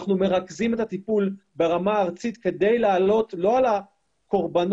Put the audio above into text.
אנחנו מרכזים את הטיפול ברמה הארצית כדי לעלות לא על הקורבנות